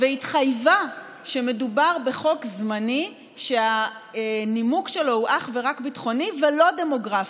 והתחייבה שמדובר בחוק זמני שהנימוק שלו הוא אך ורק ביטחוני ולא דמוגרפי.